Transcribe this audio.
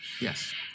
Yes